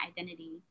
identity